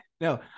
No